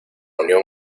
unión